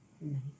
nice